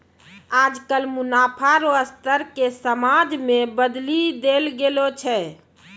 आजकल मुनाफा रो स्तर के समाज मे बदली देल गेलो छै